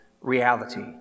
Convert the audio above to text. reality